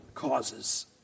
Causes